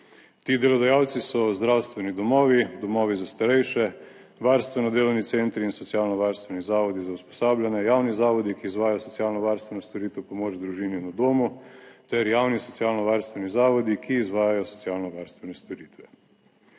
Ti delodajalci so zdravstveni domovi, domovi za starejše, varstveno delovni centri in socialno varstveni zavodi za usposabljanje, javni zavodi, ki izvajajo socialno varstveno storitev pomoč družini na domu ter javni socialno varstveni zavodi, ki izvajajo socialno varstvene storitve.